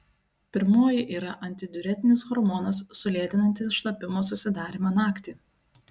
pirmoji yra antidiuretinis hormonas sulėtinantis šlapimo susidarymą naktį